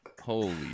Holy